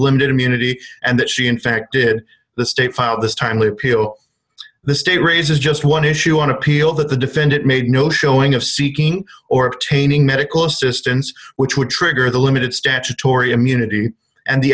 limited immunity and that she in fact did the state filed this timely appeal the state raises just one issue on appeal that the defendant made no showing of seeking or obtaining medical assistance which would trigger the limited statutory immunity and the